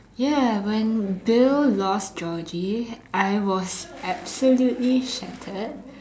ya when Bill lost Georgie I was absolutely shattered